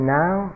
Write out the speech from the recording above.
now